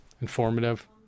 informative